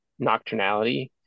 nocturnality